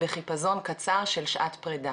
בחיפזון קצר של שעת פרידה.